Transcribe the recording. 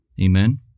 Amen